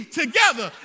together